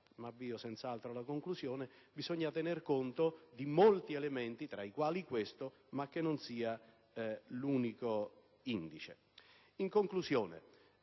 da affrontare, bisogna tener conto di molti elementi, tra i quali questo, ma che non sia l'unico indice. In conclusione,